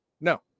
No